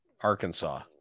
Arkansas